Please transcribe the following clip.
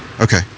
Okay